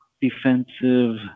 defensive